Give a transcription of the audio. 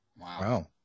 Wow